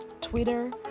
Twitter